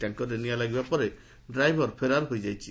ଟ୍ୟାଙ୍କରରେ ନିଆଁ ଲାଗିବା ପରେ ଡ୍ରାଇଭର ଫେରାର ହୋଇଯାଇଛି